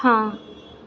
हां